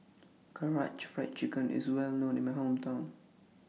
Karaage Fried Chicken IS Well known in My Hometown